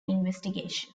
investigation